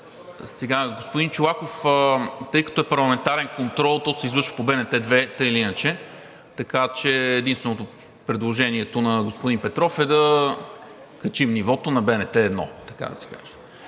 Господин Чолаков, тъй като е парламентарен контрол, той така или иначе се излъчва по БНТ 2, така че единствено предложението на господин Петров е да качим нивото – на БНТ 1, така да се каже.